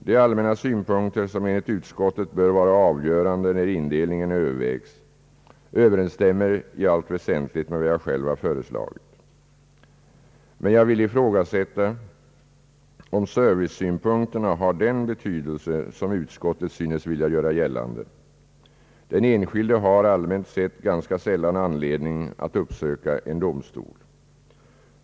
De allmänna synpunkter som enligt utskottet bör vara avgörande när indelningen övervägs överensstämmer i allt väsentligt med vad jag själv har föreslagit. Jag vill dock ifrågasätta om servicesynpunkterna har den betydelse som utskottet synes vilja göra gällande. Den enskilde har, allmänt sett, ganska sällan anledning att uppsöka en domstol.